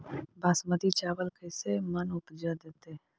बासमती चावल कैसे मन उपज देतै?